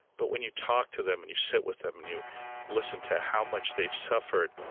but when you talk to them, and you sit with them, and you listen to how much they've suffered,